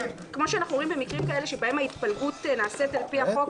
כמו שאנחנו רואים במקרים כאלה שבהם ההתפלגות נעשית על פי החוק,